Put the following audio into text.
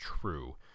true